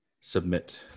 submit